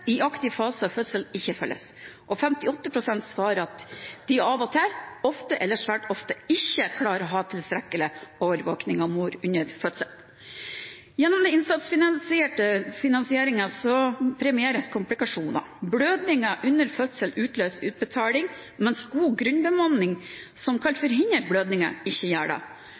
i aktiv fase av fødselen, ikke følges, og 58 pst. svarer at de av og til, ofte eller svært ofte ikke klarer å ha tilstrekkelig overvåkning av mor under fødselen. Gjennom den innsatsstyrte finansieringen premieres komplikasjoner. Blødninger under fødsel utløser utbetaling, mens god grunnbemanning som kan forhindre blødninger, ikke gjør det.